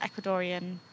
Ecuadorian